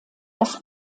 das